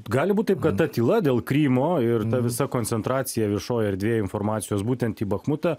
gali būt taip kad ta tyla dėl krymo ir visa koncentracija viešoj erdvėj informacijos būtent į bachmuta